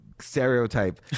stereotype